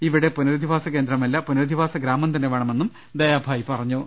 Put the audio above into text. ഇവിടെ പുനരധിവാസ കേന്ദ്രമല്ല പുന രധിവാസ ഗ്രാമംതന്നെ വേണമെന്നും ദയാഭായി പറഞ്ഞു